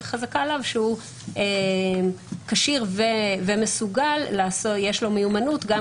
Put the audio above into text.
חזקה עליו שהוא כשיר ומסוגל ויש לו מיומנות גם